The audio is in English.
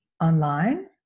online